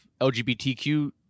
LGBTQ